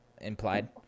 implied